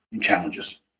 challenges